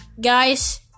Guys